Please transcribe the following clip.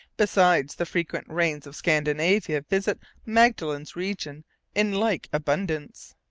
besides, the frequent rains of scandinavia visit magellan's region in like abundance.